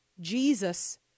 Jesus